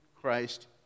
Christ